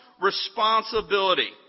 responsibility